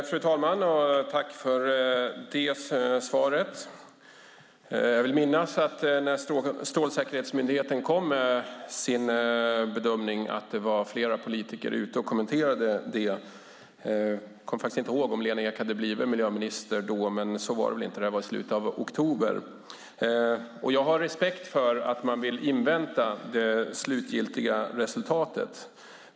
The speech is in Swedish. Fru talman! Tack för det svaret, Lena Ek! Jag vill minnas att när Strålsäkerhetsmyndigheten kom med sin bedömning var flera politiker ute och kommenterade det. Jag kommer inte ihåg om Lena Ek hade blivit miljöminister då, men så var det väl inte - det här var i slutet av oktober. Jag har respekt för att man vill invänta det slutliga resultatet.